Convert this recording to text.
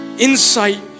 insight